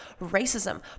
racism